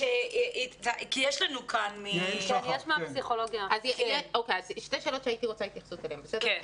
אחד,